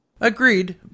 Agreed